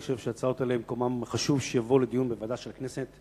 אני חושב שההצעות האלה הן במקומן וחשוב שיבואו לדיון בוועדה של הכנסת,